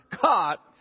caught